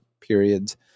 periods